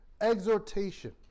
Exhortation